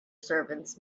servants